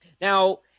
Now